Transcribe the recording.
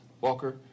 Walker